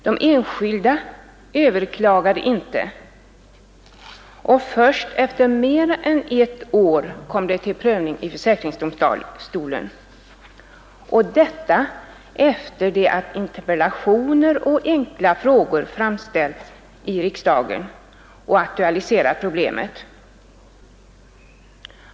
De enskilda överklagade inte, och först efter mer än ett år kom ärendena till prövning i försäkringsdomstolen — detta efter att interpellationer och enkla frågor i riksdagen aktualiserat problemet.